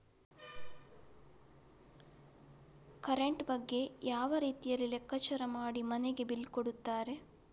Current ಬಗ್ಗೆ ಯಾವ ರೀತಿಯಲ್ಲಿ ಲೆಕ್ಕಚಾರ ಮಾಡಿ ಮನೆಗೆ ಬಿಲ್ ಕೊಡುತ್ತಾರೆ?